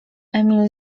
emil